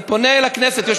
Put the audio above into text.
אני פונה אל הכנסת.